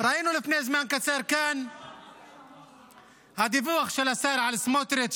ראינו כאן לפני זמן קצר את הדיווח של השר על סמוטריץ'